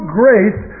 grace